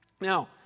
Now